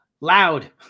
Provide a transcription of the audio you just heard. loud